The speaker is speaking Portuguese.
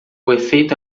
efeito